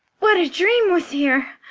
what a dream was here!